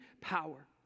power